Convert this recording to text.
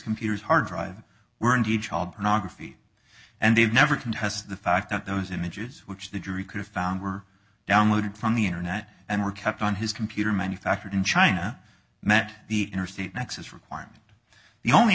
computer's hard drive were indeed child pornography and they've never contests the fact that those images which the jury could have found were downloaded from the internet and were kept on his computer manufactured in china and that the interstate nexus requirement the only